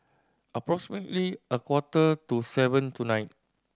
approximately a quarter to seven tonight